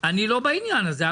אני לא בעניין הזה.